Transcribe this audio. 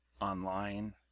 online